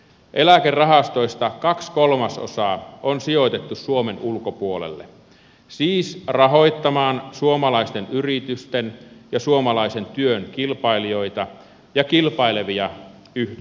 eläkerahastoista kaksi kolmasosaa on sijoitettu suomen ulkopuolelle siis rahoittamaan suomalaisten yritysten ja suomalaisen työn kilpailijoita ja kilpailevia yhteiskuntia